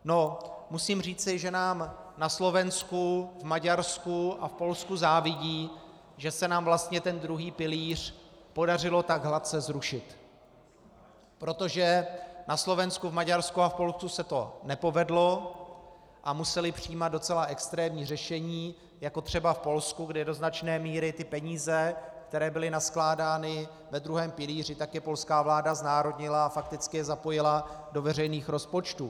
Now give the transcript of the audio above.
No, musím říci, že nám na Slovensku, v Maďarsku a v Polsku závidí, že se nám vlastně ten druhý pilíř podařilo tak hladce zrušit, protože na Slovensku, v Maďarsku a v Polsku se to nepovedlo a musela přijímat docela extrémní řešení, jako třeba v Polsku, kde do značné míry peníze, které byly naskládány ve druhém pilíři, tak je polská vláda znárodnila a fakticky je zapojila do veřejných rozpočtů.